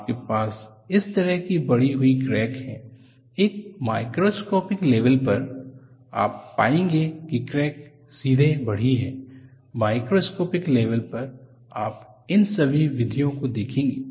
आपके पास इस तरह से बढ़ी हुई क्रैक है एक मैक्रोस्कोपिक लेवल पर आप पाएंगे कि क्रैक सीधे बढ़ी है माइक्रोस्कोपिक लेवल पर आप इन सभी विविधताओं को देखेंगे